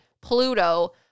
Pluto